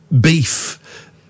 beef